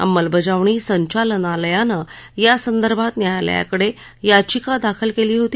अंमलबजावणी संचालनालयानं यासंदर्भात न्यायालयाकडे याचिका दाखल केली होती